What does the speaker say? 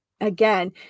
Again